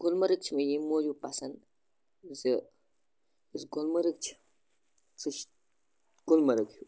گُلمرگ چھِ مےٚ ییٚمہِ موٗجوٗب پَسنٛد زِ یُس گُلمَرگ چھِ سُہ چھِ گُلمَرگ ہیٚوٗ